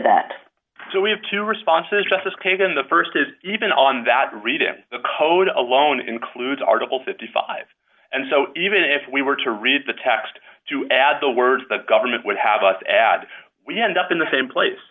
that so we have two responses justice kagan the st is even on that reading the code alone includes article fifty five dollars and so even if we were to read the text to add the words the government would have us add we end up in the same place